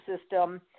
system